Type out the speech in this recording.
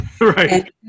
Right